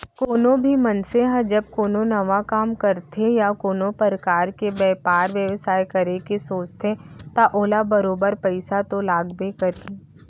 कोनो भी मनसे ह जब कोनो नवा काम करथे या कोनो परकार के बयपार बेवसाय करे के सोचथे त ओला बरोबर पइसा तो लागबे करही